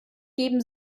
geben